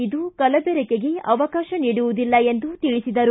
ಇದು ಕಲಬೆರಕೆಗೆ ಅವಕಾಶ ನೀಡುವುದಿಲ್ಲ ಎಂದು ತಿಳಿಸಿದರು